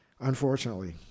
unfortunately